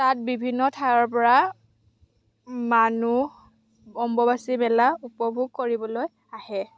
তাত বিভিন্ন ঠাইৰ পৰা মানুহ অম্বুবাচী মেলা উপভোগ কৰিবলৈ আহে